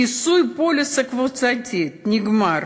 כיסוי פוליסה קבוצתית נגמר,